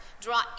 Draw